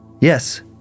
Yes